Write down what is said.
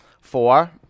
Four